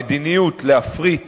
המדיניות להפריט